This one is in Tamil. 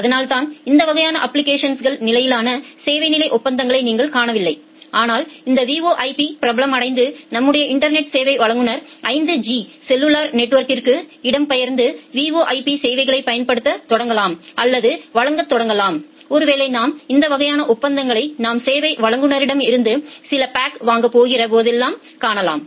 அதனால்தான் இந்த வகையான அப்ளிகேஷன்கள் நிலையிலான சேவை நிலை ஒப்பந்தங்களை நீங்கள் காணவில்லை ஆனால் இந்த VoIP பிரபலமடைந்து நம்முடைய இன்டர்நெட் சேவை வழங்குநர் 5G செல்லுலார் நெட்வொர்க்கிற்கு இடம்பெயர்ந்து VoIP சேவைகளைப் பயன்படுத்தத் தொடங்கலாம் அல்லது வழங்கத் தொடங்கலாம் ஒருவேளை நாம் இந்த வகையான ஒப்பந்தங்களைக் நாம் சேவை வழங்குநர்களிடமிருந்து சில பேக்வாங்கப் போகிற போதெல்லாம் காணலாம்